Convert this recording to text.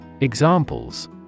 Examples